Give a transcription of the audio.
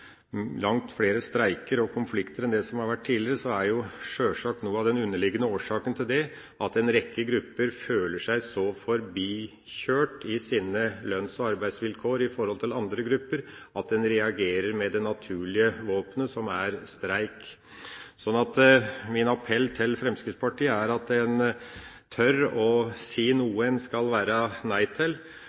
langt flere streiker og konflikter enn tidligere, er sjølsagt noe av den underliggende årsaken til det at en rekke grupper føler seg så forbikjørt i sine lønns- og arbeidsvilkår i forhold til andre grupper at de reagerer med det naturlige våpenet, som er streik. Så min appell til Fremskrittspartiet er å tørre å si noe om hva en skal si nei til,